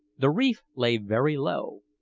the reef lay very low,